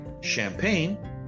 Champagne